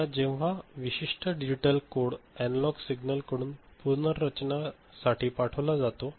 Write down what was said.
आता जेव्हा हे विशिष्ट डिजिटल कोड अनालॉग सिग्नल कडून पुनर्रचनासाठी पाठविला जातो